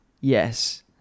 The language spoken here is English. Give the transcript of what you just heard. yes